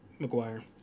McGuire